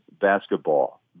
basketball